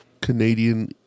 Canadian